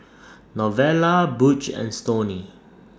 Novella Butch and Stoney